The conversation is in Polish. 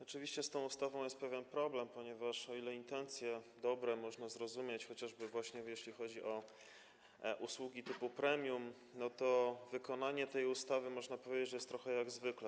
Oczywiście z tą ustawą jest pewien problem, ponieważ o ile dobre intencje można zrozumieć, chociażby właśnie jeśli chodzi o usługi typu premium, o tyle wykonanie tej ustawy, można powiedzieć, jest trochę jak zwykle.